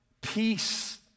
peace